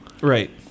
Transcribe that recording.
right